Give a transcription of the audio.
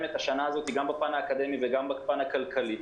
את השנה הזאת גם בפן האקדמי וגם בפן הכלכלי.